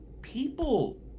People